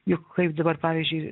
juk kaip dabar pavyzdžiui